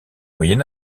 moyen